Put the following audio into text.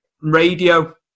radio